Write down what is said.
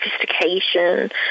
sophistication